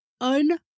un-